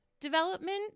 development